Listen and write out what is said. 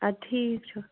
اَدٕ ٹھیٖک چھُ